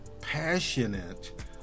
passionate